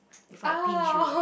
before I pinch you